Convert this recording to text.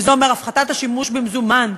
וזה אומר הפחתת השימוש במזומן,